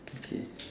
okay